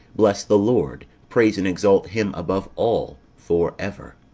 bless the lord, praise and exalt him above all for ever.